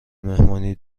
مهمانی